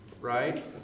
Right